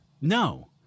No